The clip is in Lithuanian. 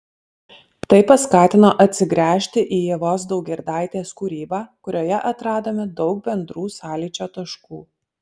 tai paskatino atsigręžti į ievos daugirdaitės kūrybą kurioje atradome daug bendrų sąlyčio taškų